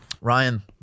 Ryan